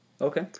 Okay